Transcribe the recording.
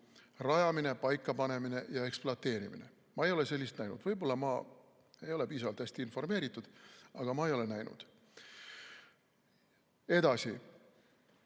rajamine, paikapanemine ja ekspluateerimine. Ma ei ole seda näinud. Võib-olla ma ei ole piisavalt hästi informeeritud, aga ma ei ole näinud. Edasi.